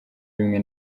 bimwe